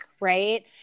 right